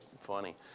funny